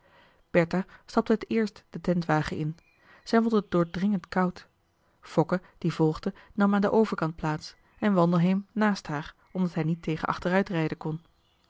bertha stapte het eerst den tentwagen in zij vond het doordringend koud fokke die volgde nam aan den overkant plaats en wandelheem naast haar omdat hij niet tegen achteruitrijden kon